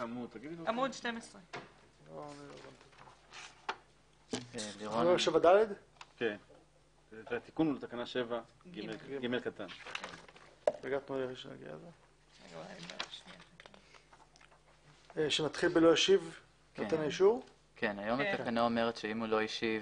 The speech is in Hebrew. בעמוד 12. היום התקנה אומרת שאם הוא לא השיב